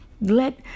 Let